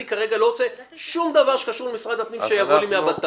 אני כרגע לא רוצה שום דבר שקשור למשרד הפנים שיבוא מהבט"פ.